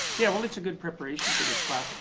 yeah, well it's a good preparation for this class.